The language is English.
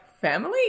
family